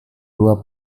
dua